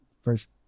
first